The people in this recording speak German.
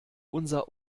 unser